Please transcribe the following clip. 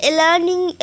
learning